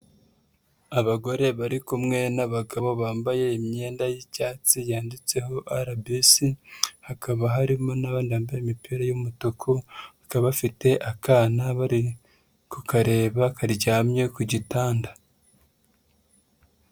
Abagore bari kumwe n'abagabo bambaye imyenda y'icyatsi yanditseho RBC hakaba harimo n'abandi bambaye imipira y'umutuku bakaba bafite akana bari ku kareba karyamye ku gitanda.